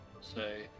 say